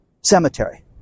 cemetery